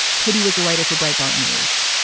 katie was a writer for briber news.